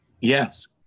Yes